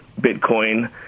Bitcoin